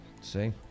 See